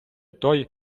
той